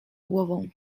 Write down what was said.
głową